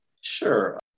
Sure